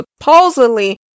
supposedly